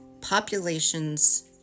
populations